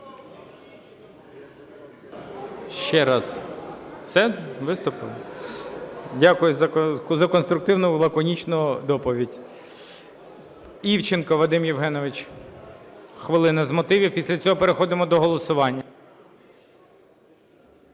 Ще раз, все, виступили? Дякую за конструктиву, лаконічну доповідь. Івченко Вадим Євгенович, хвилина з мотивів. Після цього переходимо до голосування.